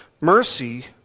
Mercy